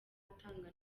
atanga